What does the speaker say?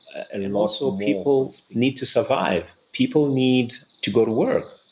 and and also people need to survive, people need to go to work.